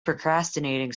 procrastinating